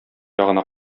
ягына